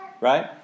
right